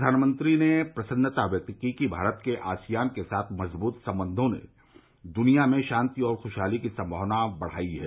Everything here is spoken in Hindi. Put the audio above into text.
प्रघानमंत्री ने प्रसन्नता व्यक्त की कि भारत के आसियान के साथ मजबूत संबंघों से दुनिया में शांती और खुशहाली की संमावना बढ़ रही है